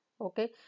Okay